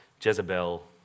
Jezebel